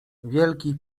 wielki